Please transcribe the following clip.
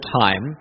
time